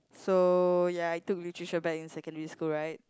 so ya I took Literature back in secondary school right